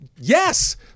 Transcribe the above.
Yes